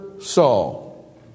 Saul